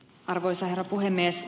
arvoisa herra puhemies